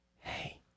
hey